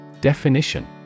Definition